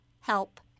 help